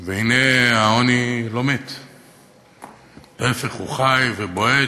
והנה, העוני לא מת, להפך, הוא חי ובועט.